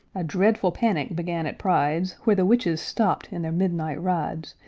a dreadful panic began at pride's, where the witches stopped in their midnight rides,